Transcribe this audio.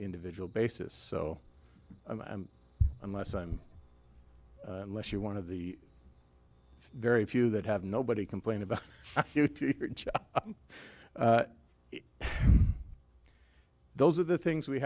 dividual basis so unless i'm less you're one of the very few that have nobody complain about you those are the things we